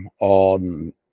on